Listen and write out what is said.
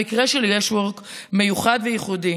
המקרה של ישוורק מיוחד וייחודי